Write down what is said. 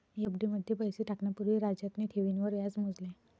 FD मध्ये पैसे टाकण्या पूर्वी राजतने ठेवींवर व्याज मोजले